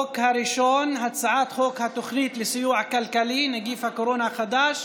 החוק הראשון: הצעת חוק התוכנית לסיוע כלכלי (נגיף הקורונה החדש)